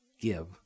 give